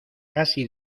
casi